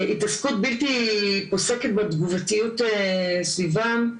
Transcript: התעסקות בלתי פוסקת בתגובתיות הסביבה,